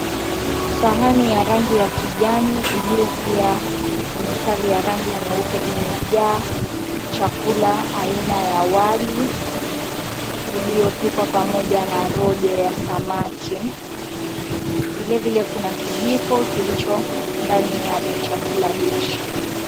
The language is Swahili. Sahani ya rangi ya kijani iliyo pia na mistari ya rangi nyeupe imejaa chakula aina ya wali uliopikwa pamoja na rojo ya samaki. Vilevile kuna kijiko kilicho ndani ya chakula hichi.